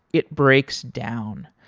it breaks down.